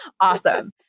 Awesome